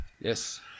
Yes